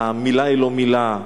המלה היא לא מלה,